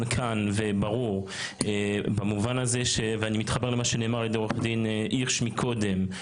לצה"ל ברור במובן הזה ואני יתחבר למה שנאמר על ידי עורך דין הירש מקודם.